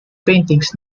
paintings